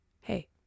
Hey